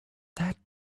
that